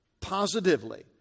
positively